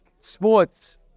sports